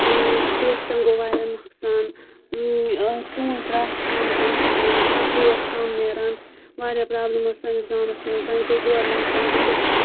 گریستٮ۪ن گوٚو واریاہ نۄقصان ژوٗنٹھۍ درایَکھ کَم تمہِ سۭتۍ سَبزی ٲس کَم نیران واریاہ پرابلِم ٲس سٲنِس گامَس منز وَنہِ کٔر گۆرمِنٹن دِژ اَسہِ